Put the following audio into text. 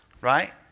right